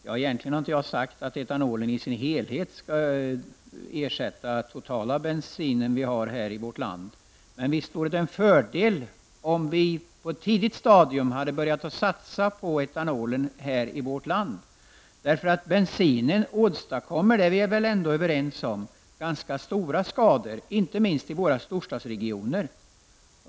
Jag har inte sagt att etanolen helt skall ersätta den bensin som används i vårt land, men visst vore det en fördel om vi på ett tidigt stadium hade börjat satsa på etanolen. Vi är väl ändå överens om att bensinen åstadkommer ganska stora skador, inte minst i storstadsregionerna.